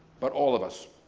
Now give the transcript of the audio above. but all of us.